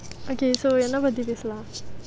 okay so என்ன பத்தி பேசலாம்:enna pathi paesalaam